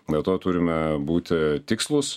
dėl to turime būti tikslūs